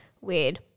weird